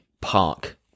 Park